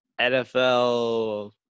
NFL